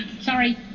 Sorry